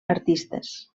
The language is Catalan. artistes